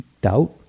Doubt